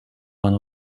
one